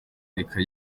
reka